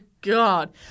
god